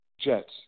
jets